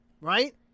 right